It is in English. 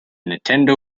nintendo